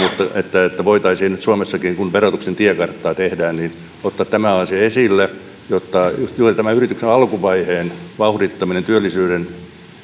että että voitaisiin suomessakin kun verotuksen tiekarttaa tehdään ottaa tämä asia esille ja että juuri tämä yrityksen alkuvaiheen vauhdittaminen